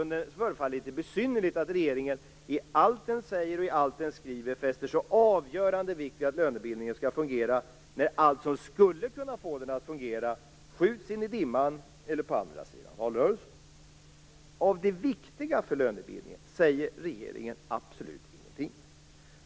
Det förefaller litet besynnerligt att regeringen i allt den säger och allt den skriver fäster så avgörande vikt vid att lönebildningen skall fungera, när allt som skulle kunna få den att fungera skjuts in i dimman eller till andra sidan valrörelsen. Av det som är viktigt för lönebildningen säger regeringen absolut ingenting.